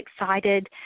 excited